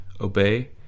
obey